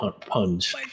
puns